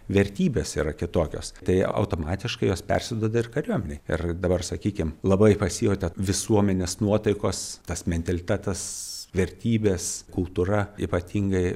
vertybės yra kitokios tai automatiškai jos persiduoda ir kariuomenei ir dabar sakykim labai pasijautė visuomenės nuotaikos tas mentalitetas vertybės kultūra ypatingai